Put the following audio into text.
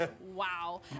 Wow